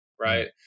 right